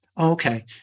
Okay